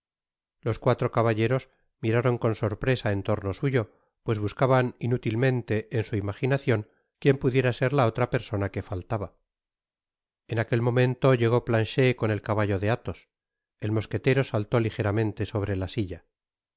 los cuatro caballeros miraron con sorpresa en torno suyo pues buscaban inútilmente en su imaginacion quien pudiera ser la otra persona que faltaba en aquel momento llegó planchet con el caballo de athos el mosquetero saltó ligeramente sobre la silla